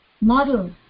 model